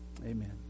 Amen